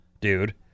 dude